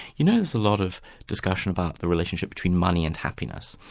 you know there's a lot of discussion about the relationship between money and happiness,